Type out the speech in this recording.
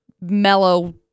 mellow